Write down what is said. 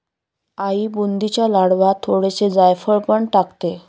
आई बुंदीच्या लाडवांत थोडेसे जायफळ पण टाकते